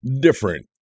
different